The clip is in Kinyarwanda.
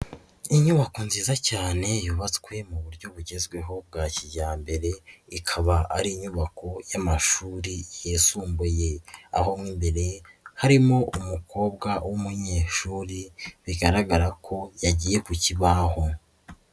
Inyubako nziza cyane yubatswe mu buryo bugezweho bwa kijyambere ikaba ari inyubako y'amashuri yisumbuye, aho mo imbere harimo umukobwa w'umunyeshuri bigaragara ko yagiye ku kibaho.